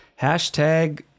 hashtag